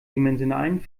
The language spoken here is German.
dimensionalen